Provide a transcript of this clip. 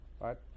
Right